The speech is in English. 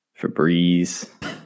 Febreze